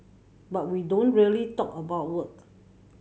but we don't really talk about work